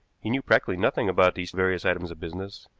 he knew practically nothing about these various items of business,